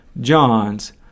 John's